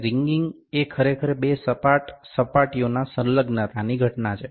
અને રિંગિંગ એ ખરેખર બે સપાટ સપાટીઓના સંલગ્નતાની ઘટના છે